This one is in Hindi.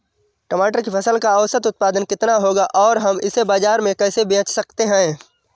टमाटर की फसल का औसत उत्पादन कितना होगा और हम इसे बाजार में कैसे बेच सकते हैं?